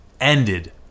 ended